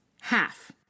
half